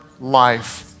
life